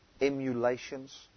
Emulations